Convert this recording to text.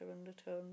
undertone